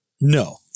No